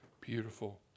beautiful